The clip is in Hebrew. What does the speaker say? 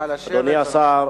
אדוני השר,